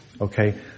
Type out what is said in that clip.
Okay